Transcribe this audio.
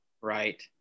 right